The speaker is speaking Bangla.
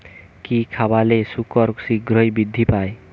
কি খাবালে শুকর শিঘ্রই বৃদ্ধি পায়?